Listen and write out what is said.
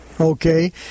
Okay